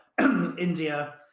India